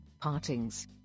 partings